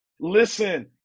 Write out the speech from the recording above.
listen